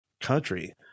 country